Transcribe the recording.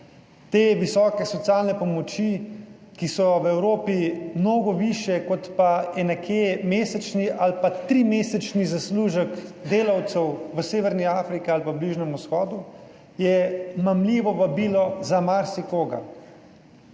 Te visoke socialne pomoči, ki so v Evropi mnogo višje kot pa je nekje mesečni ali pa trimesečni zaslužek delavcev v severni Afriki ali pa Bližnjem vzhodu, je mamljivo vabilo za marsikoga,